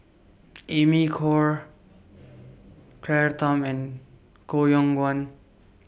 Amy Khor Claire Tham and Koh Yong Guan